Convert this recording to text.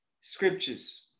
Scriptures